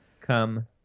come